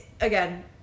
again